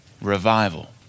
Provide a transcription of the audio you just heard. revival